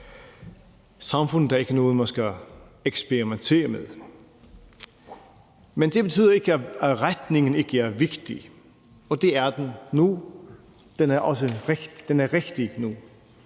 Samfundet er ikke noget, man skal eksperimentere med. Men det betyder ikke, at retningen ikke er vigtig. Det er den, og den er også rigtig nu.